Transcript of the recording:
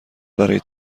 برای